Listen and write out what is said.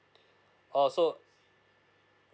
oh so